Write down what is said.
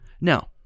Now